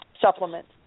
supplements